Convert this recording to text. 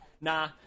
Nah